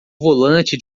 volante